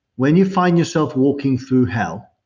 when you find yourself walking through hell,